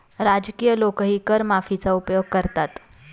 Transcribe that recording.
राजकीय लोकही कर माफीचा उपयोग करतात